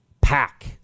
pack